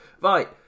right